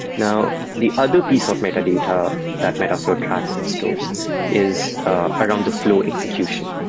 now, the other piece of metadata that metaflow tracks and stores is around the flow execution.